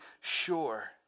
sure